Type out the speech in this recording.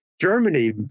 Germany